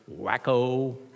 wacko